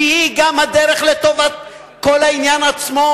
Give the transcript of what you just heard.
שהיא גם הדרך לטובת כל העניין עצמו,